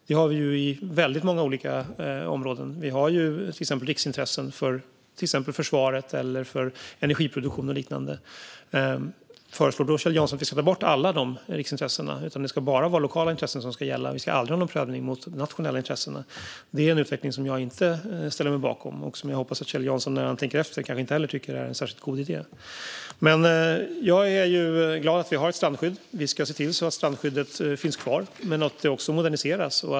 Det finns i många olika områden. Det finns riksintressen för exempelvis försvaret eller för energiproduktion och liknande. Föreslår då Kjell Jansson att vi ska ta bort alla de riksintressena och att det bara ska vara lokala intressen som ska gälla, det vill säga aldrig ha en prövning mot nationella intressen? Det är en utveckling som jag inte ställer mig bakom och som jag hoppas att Kjell Jansson när han tänker efter inte heller tycker är en god idé. Jag är glad att vi har ett strandskydd. Vi ska se till att strandskyddet finns kvar, men det ska också moderniseras.